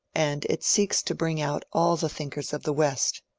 and it seeks to bring out all the thinkers of the west.